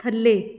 ਥੱਲੇ